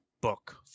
book